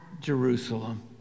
Jerusalem